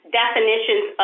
definitions